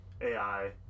AI